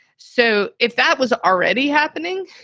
so if that was already happening,